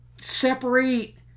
separate